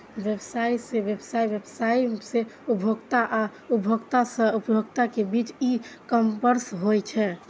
व्यवसाय सं व्यवसाय, व्यवसाय सं उपभोक्ता आ उपभोक्ता सं उपभोक्ता के बीच ई कॉमर्स होइ छै